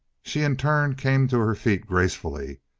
she in turn came to her feet gracefully.